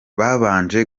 babanje